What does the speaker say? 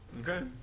Okay